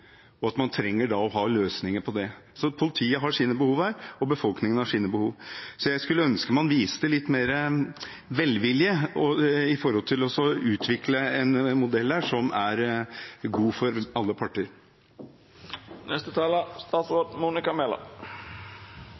og man trenger da å ha løsninger for det. Politiet har sine behov her, og befolkningen har sine behov. Jeg skulle ønske man viste litt mer velvilje til å utvikle en modell som er god for alle